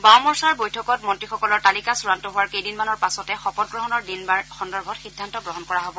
বাওঁ মৰ্চাৰ বৈঠকত মন্ত্ৰীসকলৰ তালিকা চূড়ান্ত হোৱাৰ কেইদিনমানৰ পাছতে শপত গ্ৰহণৰ দিন বাৰ সন্দৰ্ভত সিদ্ধান্ত গ্ৰহণ কৰা হব